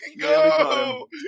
go